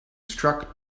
struck